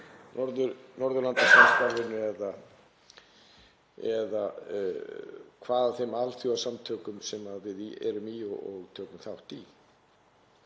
Norðurlandasamstarfinu eða hverjum þeim alþjóðasamtökum sem við erum í og tökum þátt í.